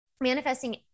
manifesting